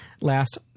last